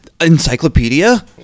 Encyclopedia